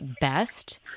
best